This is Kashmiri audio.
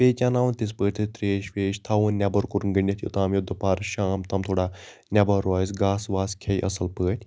بییٚہِ چیناوہوٚن تِتھ پٲٹھۍ تریش ویش تھاو ہوٚن نٮ۪بَر کُن گٔنڈٕتھ یوتام یہِ دُپہرس شام تام تھوڑا نٮ۪بَر روزِ گاسہٕ واسہٕ کھیٚیہِ اَصٕل پٲٹھۍ